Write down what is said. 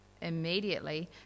Immediately